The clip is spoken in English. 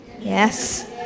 Yes